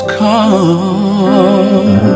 come